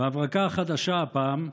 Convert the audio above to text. ההברקה החדשה הפעם,